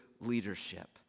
leadership